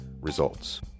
results